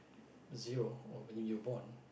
zero or when you were born